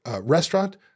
restaurant